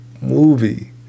movie